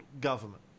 government